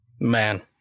Man